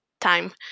time